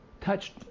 touched